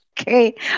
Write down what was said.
Okay